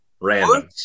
Random